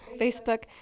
Facebook